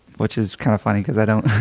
which is kind of funny because i don't.